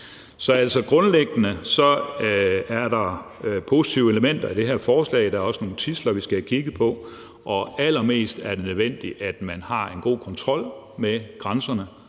er altså grundlæggende positive elementer i det her forslag. Der er også nogle tidsler, vi skal have kigget på, og allermest er det nødvendigt, at man har en god kontrol med grænserne,